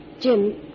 Jim